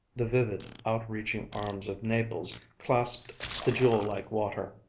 the vivid, outreaching arms of naples clasped the jewel-like water.